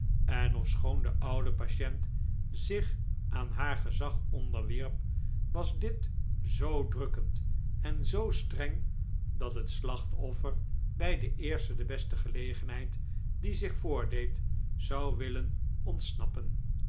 en ofschoon de oude patient zich aan haar gezag onderwierp was dit zoo drukkend en zoo streng dat het slachtoffer bij de eerste de beste gelegenheid die zich voordeed zou willen ontsnappen